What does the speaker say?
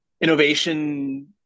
innovation